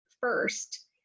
first